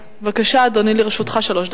בבקשה, אדוני, לרשותך שלוש דקות.